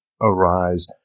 arise